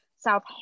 South